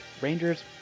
Rangers